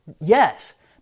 yes